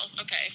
okay